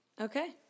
Okay